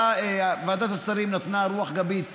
ועדת השרים נתנה רוח גבית להצעה,